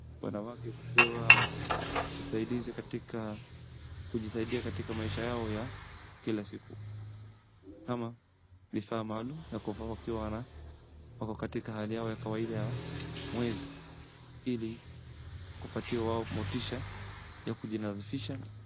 Wanawake kupewa usaidizi katika kujisaidia katika maisha yao ya kila siku, kama vifaa maalum vya kuvaa wakiwa na wako katika hali yao ya kawaida ya mwezi, ili kupatia wao motisha ya kujinadhifisha.